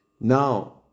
Now